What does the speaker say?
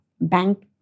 bank